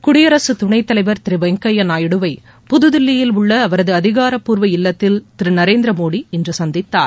குடியரசு துணைத்தலைவர் திரு வெங்கையா நாய்டுவை புதுதில்லியில் உள்ள அவரது அதிகாரபூர்வ இல்லத்தில் திரு நரேந்திரமோடி இன்று சந்தித்தார்